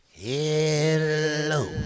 Hello